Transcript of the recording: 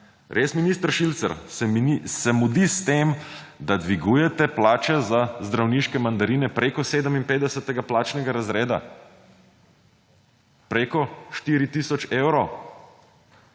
Res, minister Šircelj, se mudi s tem, da dvigujete plače za zdravniške mandarine preko 57. plačnega razreda? Preko 4 tisoč evrov.